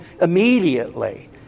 immediately